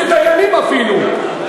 דיינים אפילו,